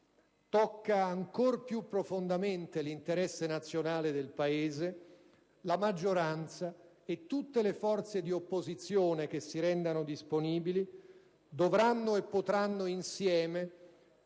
e, ancor più profondamente, l'interesse nazionale del Paese, la maggioranza e tutte le forze di opposizione che si rendono disponibili dovranno e potranno insieme